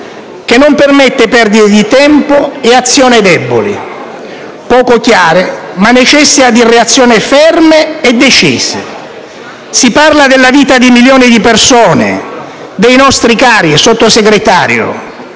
che non permette perdite di tempo e azioni deboli, poco chiare, ma necessita di reazioni ferme e decise. Si parla della vita di milioni di persone, dei nostri cari. Signor Sottosegretario,